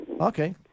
Okay